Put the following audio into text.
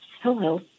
Hello